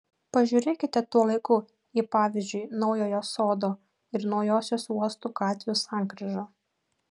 pažiūrėkite tuo laiku į pavyzdžiui naujojo sodo ir naujosios uosto gatvių sankryžą